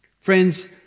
Friends